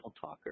talker